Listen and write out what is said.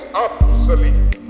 obsolete